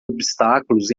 obstáculos